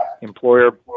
employer